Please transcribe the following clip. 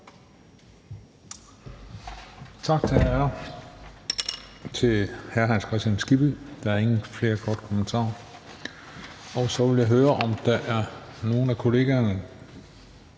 Tak til hr. Hans Kristian Skibby. Der er ikke flere korte bemærkninger. Så vil jeg høre, om der er nogen af kollegerne,